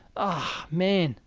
aww man,